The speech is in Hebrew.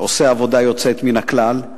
שעושה עבודה יוצאת מן הכלל.